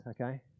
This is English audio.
okay